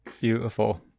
beautiful